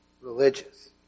religious